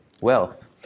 wealth